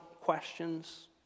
questions